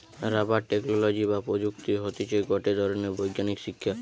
rubber technology বা প্রযুক্তি হতিছে গটে ধরণের বৈজ্ঞানিক শিক্ষা